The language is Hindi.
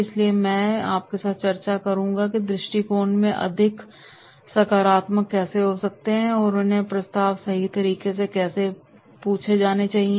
इसलिए मैं आपके साथ चर्चा करूंगा कि वे दृष्टिकोण में अधिक सकारात्मक कैसे हो सकते हैं और उन्हें प्रस्ताव सही तरीके से कैसे पूछे जाने चाहिए